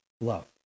love